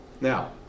Now